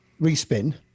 respin